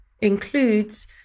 includes